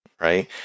right